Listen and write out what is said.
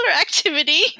activity